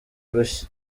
urushyi